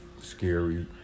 scary